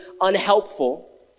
unhelpful